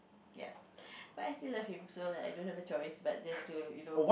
ya but I still love him so like I don't have a choice but just to you know